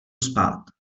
spát